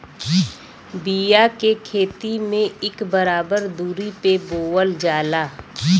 बिया के खेती में इक बराबर दुरी पे बोवल जाला